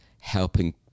helping